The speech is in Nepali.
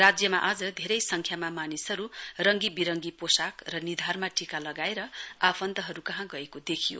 राज्यमा आज धेरै संख्यामा मानिसहरु रङ्गी विरङ्गी पोशाक र निधारमा टीका लगाएर आफन्तहरुकहाँ गएको देखियो